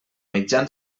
mitjan